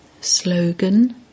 Slogan